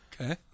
Okay